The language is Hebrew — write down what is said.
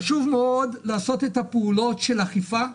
חשוב מאוד לעשות את הפעולות של אכיפה,